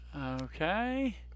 Okay